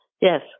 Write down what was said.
Yes